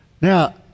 Now